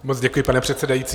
Moc děkuji, pane předsedající.